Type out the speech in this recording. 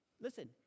Listen